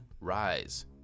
rise